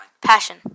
Passion